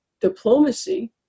diplomacy